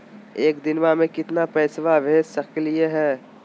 एक दिनवा मे केतना पैसवा भेज सकली हे?